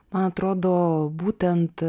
man atrodo būtent